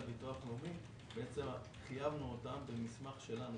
ביטוח לאומי - חייבנו אותם במסמך שלנו,